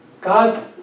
God